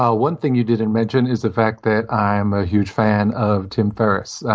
ah one thing you didn't mention is the fact that i'm a huge fan of tim ferriss.